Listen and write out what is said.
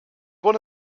one